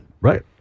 Right